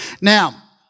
Now